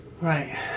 Right